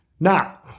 Now